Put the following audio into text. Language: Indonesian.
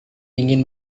ingin